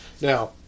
Now